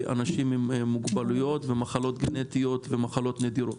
אנשים עם מוגבלויות ומחלות גנטיות ומחלות נדירות.